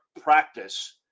practice